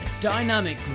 dynamic